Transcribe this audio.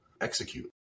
execute